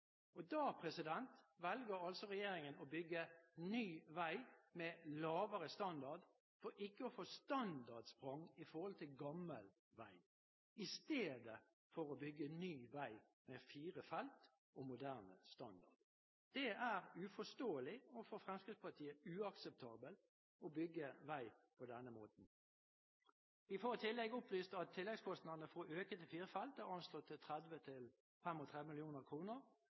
strekningene. Da velger altså regjeringen å bygge ny vei med lavere standard for ikke å få standardsprang i forhold til gammel vei, i stedet for å bygge ny vei med fire felt og moderne standard. Det er uforståelig og for Fremskrittspartiet uakseptabelt å bygge vei på denne måten. Vi får i tillegg opplyst at tilleggskostnadene for å øke til fire felt er anslått til 30–35 mill. kr, og at en endring i standard kan føre til